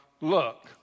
Look